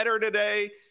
today